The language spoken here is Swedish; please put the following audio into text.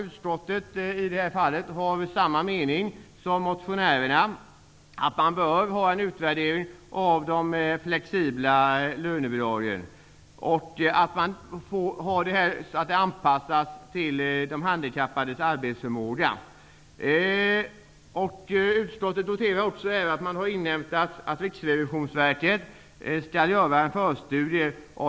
Utskottet har i denna fråga samma mening som motionärerna, dvs. att en utvärdering bör ske av de flexibla lönebidragen. De skall anpassas till de handikappades arbetsförmåga. Utskottet noterar att man har inhämtat att Riksrevisionsverket skall göra en förstudie.